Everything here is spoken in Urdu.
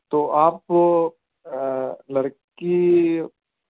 تو آپ لڑکی